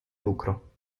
lucro